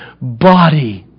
body